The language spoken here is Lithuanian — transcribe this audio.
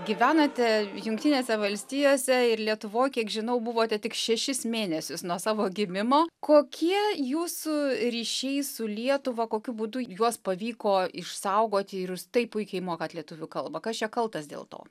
gyvenate jungtinėse valstijose ir lietuvoj kiek žinau buvote tik šešis mėnesius nuo savo gimimo kokie jūsų ryšiai su lietuva kokiu būdu juos pavyko išsaugoti ir už tai puikiai mokate lietuvių kalbą kas čia kaltas dėl to